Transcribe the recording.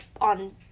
on